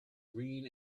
green